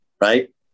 right